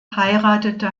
heiratete